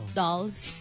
dolls